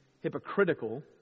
hypocritical